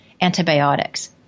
antibiotics